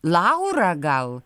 laura gal